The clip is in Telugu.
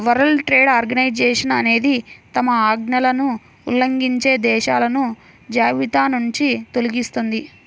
వరల్డ్ ట్రేడ్ ఆర్గనైజేషన్ అనేది తమ ఆజ్ఞలను ఉల్లంఘించే దేశాలను జాబితానుంచి తొలగిస్తుంది